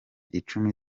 icumi